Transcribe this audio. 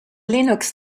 linux